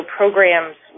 programs